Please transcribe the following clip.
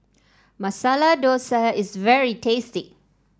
Masala Dosa is very tasty